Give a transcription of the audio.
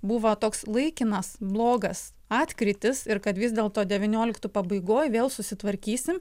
buvo toks laikinas blogas atkrytis ir kad vis dėlto devynioliktų pabaigoj vėl susitvarkysim